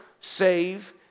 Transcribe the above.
save